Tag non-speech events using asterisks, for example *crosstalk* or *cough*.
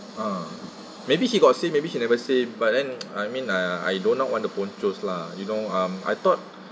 ah maybe he got say maybe he never say but then *noise* I mean I~ I do not want the ponchos lah you know um I thought